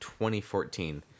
2014